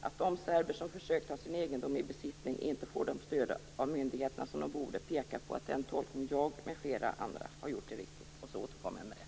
Att de serber som försökt att ta sin egendom i besittning inte får det stöd de borde av myndigheterna pekar på att den tolkning som jag med flera andra har gjort är riktig.